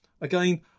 Again